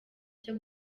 cyo